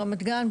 ברמת גן,